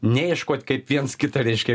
ne ieškot kaip viens kitą reiškia